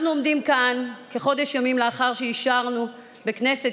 אנחנו עומדים כאן כחודש ימים לאחר שאישרנו בכנסת